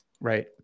Right